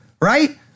right